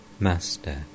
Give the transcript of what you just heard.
Master